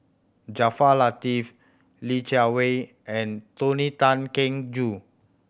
Jaafar Latiff Li Jiawei and Tony Tan Keng Joo